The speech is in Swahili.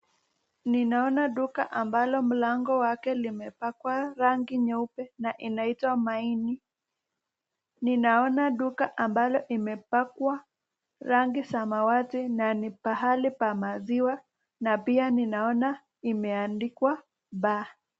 Ninaona duka ambalo mlango wake limepakwa rangi nyeupe na inaitwa maini. Ninaona duka ambalo imepakwa rangi samawati na ni mahali pa maziwa na pia ninaona imeandikwa bar.